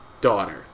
daughter